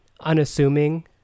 unassuming